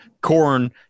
corn